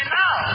now